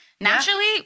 naturally